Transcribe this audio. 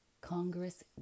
Congress